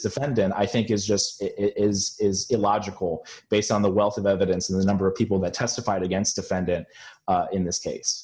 defendant i think is just it is illogical based on the wealth of evidence and the number of people that testified against defendant in this case